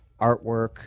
artwork